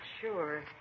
sure